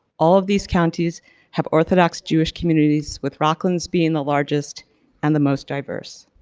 all of these counties have orthodox jewish communities with rockland being the largest and the most diverse.